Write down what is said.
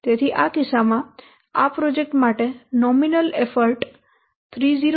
તેથી આ કિસ્સામાં આ પ્રોજેક્ટ માટે નોમિનલ એફર્ટ 302